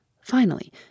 finally